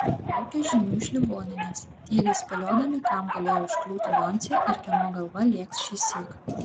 laukė žinių iš ligoninės tyliai spėliodami kam galėjo užkliūti doncė ir kieno galva lėks šįsyk